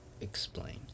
explain